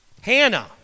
Hannah